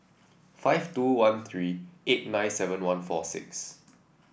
five two one three eight nine seven one four six